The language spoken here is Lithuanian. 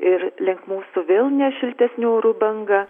ir link mūsų vėl neš šiltesnių orų bangą